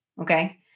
okay